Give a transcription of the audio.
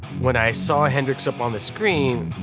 when i saw hendrix up on the screen,